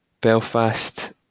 Belfast